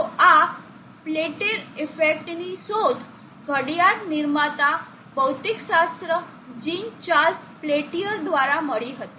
તો આ પેલ્ટીર ઇફેક્ટની શોધ ઘડિયાળ નિર્માતા ભૌતિકશાસ્ત્રી જીન ચાર્લ્સ પેલ્ટિયર દ્વારા મળી હતી